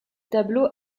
tableau